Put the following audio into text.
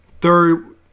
Third